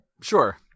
Sure